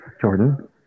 Jordan